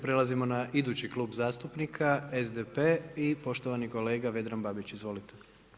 Prelazimo na idući klub zastupnika SDP i poštovani kolega Vedran Babić, izvolite.